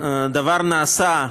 הדבר נעשה,